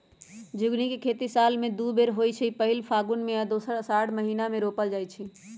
झिगुनी के खेती साल में दू बेर होइ छइ पहिल फगुन में आऽ दोसर असाढ़ महिना मे रोपल जाइ छइ